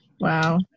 Wow